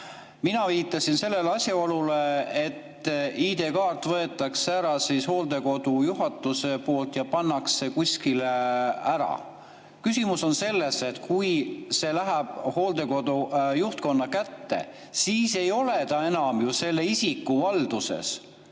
Mina viitasin sellele asjaolule, et ID-kaart võetakse ära hooldekodu juhatuse poolt ja pannakse kuskile ära. Küsimus on selles, et kui see läheb hooldekodu juhtkonna kätte, siis ei ole ta ju enam selle isiku valduses.